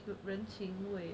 人情味